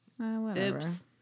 Oops